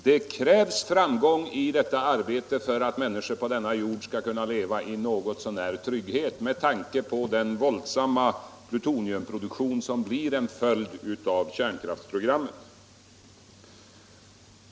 Det krävs framgång i detta arbete för att människor på denna jord skall kunna leva någotsånär i trygghet med tanke på den våldsamma plutoniumproduktion som blir en följd av kärnkraftsprogrammet.